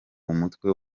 umutwe